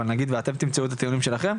אבל נגיד ואתם תמצאו את הטיעונים שלכם,